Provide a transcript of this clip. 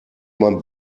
beim